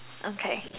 okay